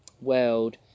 world